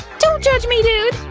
don't judge me, dude,